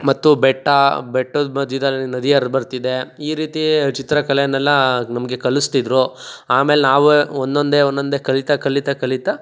ಮತ್ತು ಬೆಟ್ಟ ಬೆಟ್ಟದ ಮಧ್ಯದಲ್ಲಿ ನದಿ ಹರ್ದ್ ಬರ್ತಿದೆ ಈ ರೀತಿ ಚಿತ್ರಕಲೆನೆಲ್ಲ ನಮಗೆ ಕಲಿಸ್ತಿದ್ರು ಆಮೇಲೆ ನಾವೇ ಒಂದೊಂದೇ ಒನ್ನೊಂದೇ ಕಲಿತಾ ಕಲಿತಾ ಕಲಿತಾ